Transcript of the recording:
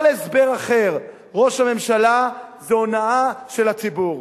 כל הסבר אחר, ראש הממשלה, זה הונאה של הציבור.